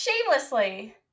Shamelessly